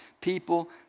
people